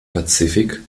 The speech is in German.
pazifik